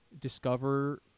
discover